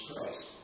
Christ